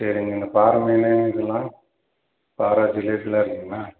சரிங்க இந்த பார மீன் இதெல்லாம் பாரா ஜிலேபிலாம் இருக்குங்கண்ணா